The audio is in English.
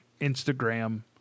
Instagram